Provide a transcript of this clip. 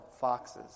foxes